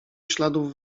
śladów